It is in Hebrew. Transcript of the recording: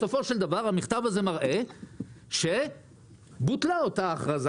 בסופו של דבר המכתב הזה מראה שאז בוטלה אותה הכרזה.